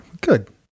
good